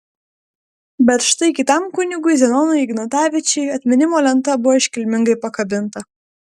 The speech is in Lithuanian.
bet štai kitam kunigui zenonui ignatavičiui atminimo lenta buvo iškilmingai pakabinta